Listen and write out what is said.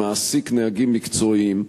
שמעסיק נהגים מקצועיים,